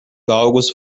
galgos